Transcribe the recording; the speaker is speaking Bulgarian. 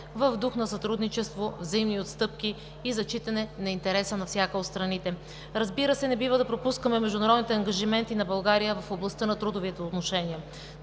в дух на сътрудничество, взаимни отстъпки и зачитане на интереса на всяка от страните. Разбира се, не бива да пропускаме международните ангажименти на България в областта на трудовите отношения.